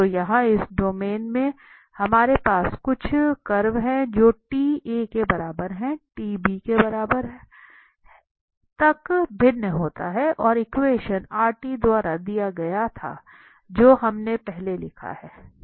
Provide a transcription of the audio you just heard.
तो यहाँ इस डोमेन में हमारे पास कुछ वक्र हैं जो t a के बराबर से t b के बराबर तक भिन्न होते हैं और एक्वेशन द्वारा दिया गया था जो हमने पहले लिखा है